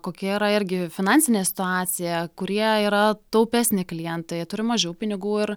kokia yra irgi finansinė situacija kurie yra taupesni klientai jie turi mažiau pinigų ir